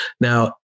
Now